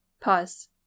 Pause